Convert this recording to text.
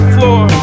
floor